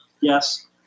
Yes